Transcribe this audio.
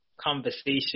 conversation